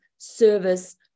service